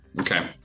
Okay